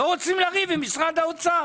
הם לא רוצים לריב עם משרד הבריאות.